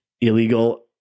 illegal